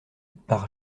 par